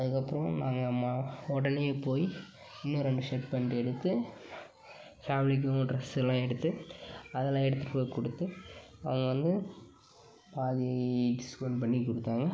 அதுக்கு அப்புறோம் நாங்கள் மா உடனே போய் இன்னும் ரெண்டு ஷர்ட் பேன்ட் எடுத்து ஃபேமிலிக்கு இன்னும் டிரெஸ்செல்லான் எடுத்து அதெல்லான் எடுத்துகிட்டு போய் கொடுத்து அவங்க வந்து பாதி டிஸ்கவுண்ட் பண்ணி கொடுத்தாங்க